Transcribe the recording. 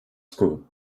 school